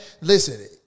listen